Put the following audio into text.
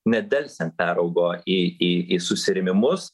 nedelsiant peraugo į į į susirėmimus